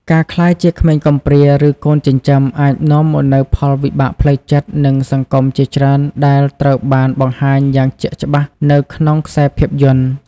ការក្លាយជាក្មេងកំព្រា ឬកូនចិញ្ចឹម អាចនាំមកនូវផលវិបាកផ្លូវចិត្ត និងសង្គមជាច្រើនដែលត្រូវបានបង្ហាញយ៉ាងជាក់ច្បាស់នៅក្នុងខ្សែភាពយន្ត។